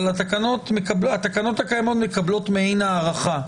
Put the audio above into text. אבל התקנות הקיימות מקבלות מעין הארכה,